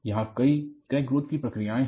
यहां कई crack growth की प्रक्रियाएं हैं